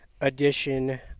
edition